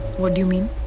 what do you mean?